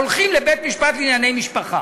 הולכים לבית-משפט לענייני משפחה.